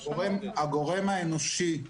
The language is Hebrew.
הגורם האנושי.